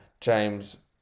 James